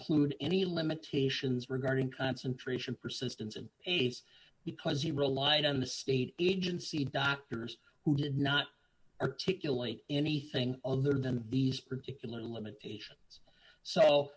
include any limitations regarding concentration persistence and aids because he relied on the state agency doctors who did not a particularly anything other than these particular limitations so